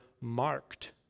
marked